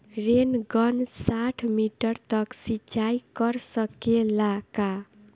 Rain gun साठ metre तक सिचाई कर सकेला का?